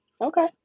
Okay